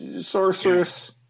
Sorceress